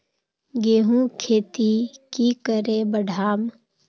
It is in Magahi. गेंहू खेती की करे बढ़ाम?